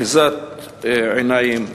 אחיזת עיניים לשמה.